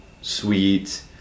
sweet